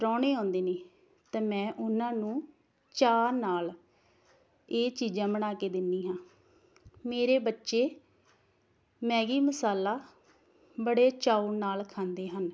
ਪ੍ਰਹੁਣੇ ਆਉਂਦੇ ਨੇ ਅਤੇ ਮੈਂ ਉਹਨਾਂ ਨੂੰ ਚਾਹ ਨਾਲ ਇਹ ਚੀਜ਼ਾਂ ਬਣਾ ਕੇ ਦਿੰਦੀ ਹਾਂ ਮੇਰੇ ਬੱਚੇ ਮੈਗੀ ਮਸਾਲਾ ਬੜੇ ਚਾਉ ਨਾਲ ਖਾਂਦੇ ਹਨ